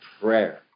prayer